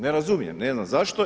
Ne razumijem, ne znam zašto.